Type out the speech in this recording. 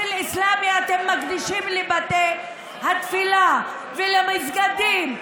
אל-אסלאמי אתם מקדישים לבתי התפילה ולמסגדים.